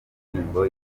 ndirimbo